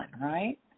right